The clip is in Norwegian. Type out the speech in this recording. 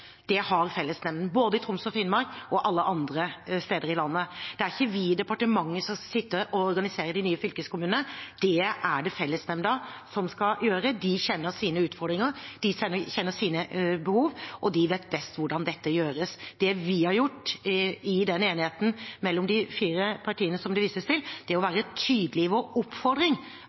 Det har fellesnemnda, i både Troms og Finnmark og alle andre steder i landet. Det er ikke vi i departementet som skal sitte og organisere de nye fylkeskommunene. Det er det fellesnemnda som skal gjøre. De kjenner sine utfordringer og behov, og de vet best hvordan dette gjøres. Det vi har gjort i enigheten det vises til mellom de fire partiene, er å være tydelige i vår oppfordring